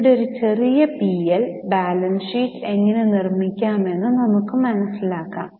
അവിടെ ഒരു ചെറിയ പി എൽ ബാലൻസ് ഷീറ്റ് എങ്ങനെ നിർമ്മിക്കാമെന്നു നമുക്ക് മനസിലാക്കാം